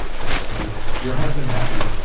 that makes your husband happy,